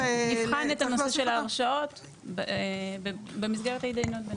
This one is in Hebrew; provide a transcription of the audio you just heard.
נבחן את הנושא של ההרשאות במסגרת ההתדיינות בינינו.